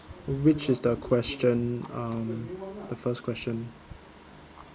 which is the question um the first question